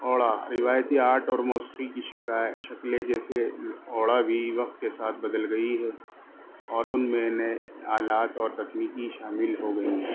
اوڑا روایتی آرٹ اور موسیقی کی شکلیں جیسے اوڑا بھی وقت کے ساتھ بدل گئی ہے اور ان میں نئے حالات اور تکنیکی شامل ہو گئی ہیں